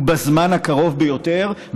ובזמן הקרוב ביותר,